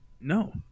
No